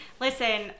listen